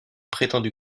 prétendu